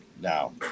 now